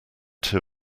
two